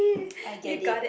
I get it